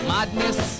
Madness